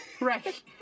Right